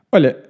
Olha